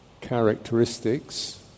characteristics